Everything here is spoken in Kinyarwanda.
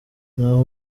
naho